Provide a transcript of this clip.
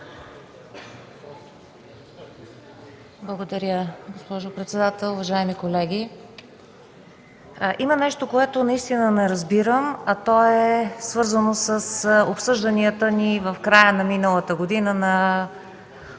Благодаря, госпожо председател. Уважаеми колеги! Има нещо, което наистина не разбирам, а то е свързано с обсъжданията ни в края на миналата година на